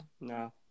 No